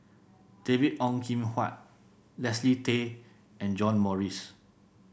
David Ong Kim Huat Leslie Tay and John Morrice